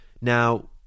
Now